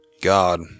God